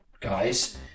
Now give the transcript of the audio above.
guys